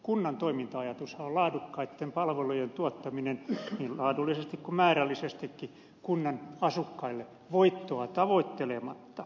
kunnan toiminta ajatushan on laadukkaitten palvelujen tuottaminen niin laadullisesti kuin määrällisestikin kunnan asukkaille voittoa tavoittelematta